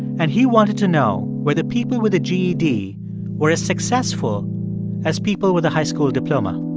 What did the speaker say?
and he wanted to know whether people with a ged were as successful as people with a high school diploma.